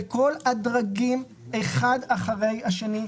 לכל הדרגים אחד אחרי השני,